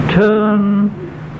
Turn